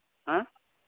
ᱦᱮᱸ